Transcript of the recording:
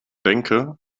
denke